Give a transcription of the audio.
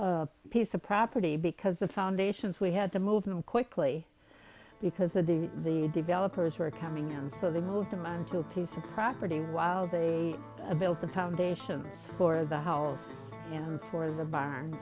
a piece of property because the foundations we had to move them quickly because of the the developers were coming and so they moved them on to a piece of property while they built the foundations for the house and for the barn